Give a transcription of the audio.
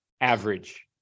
average